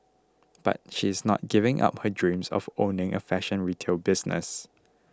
but she is not giving up her dreams of owning a fashion retail business